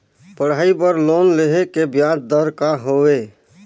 पढ़ाई बर लोन लेहे के ब्याज दर का हवे?